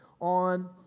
on